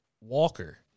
Walker